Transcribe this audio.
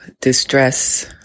distress